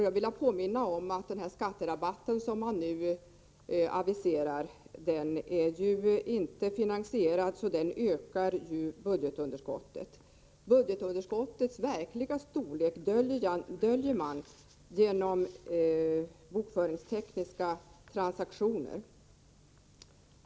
Jag vill också påminna om att den skatterabatt som man nu aviserar inte är finansierad utan ökar budgetunderskottet. Dettas verkliga storlek döljer man genom bokföringstekniska transaktioner.